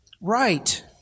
Right